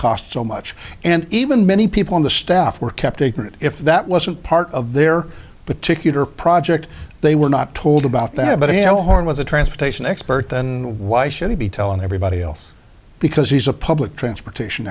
cost so much and even many people on the staff were kept ignorant if that wasn't part of their particular project they were not told about that but how hard was a transportation expert then why should he be telling everybody else because he's a public transportation